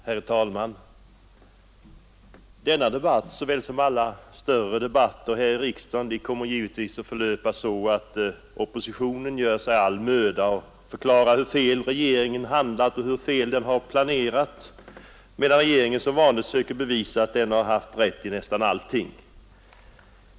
Herr talman! Denna debatt, såväl som andra större debatter här i riksdagen, kommer givetvis att förlöpa så, att oppositionen gör sig all möda att förklara hur fel regeringen handlat och hur fel den planerat, medan regeringen som vanligt söker bevisa att den har haft rätt i nästan allting.